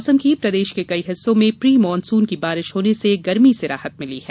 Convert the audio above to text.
मौसम प्रदेश के कई हिस्सों में प्री मानसून की बारिश होने से गर्मी से राहत मिली है